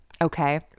Okay